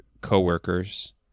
coworkers